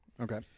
okay